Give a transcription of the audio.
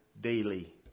daily